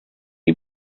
you